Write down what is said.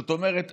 זאת אומרת,